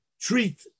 treat